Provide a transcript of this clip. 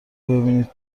ببینی